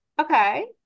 Okay